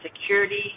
security